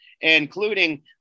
including